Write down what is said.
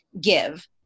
give